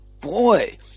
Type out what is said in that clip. boy